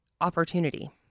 opportunity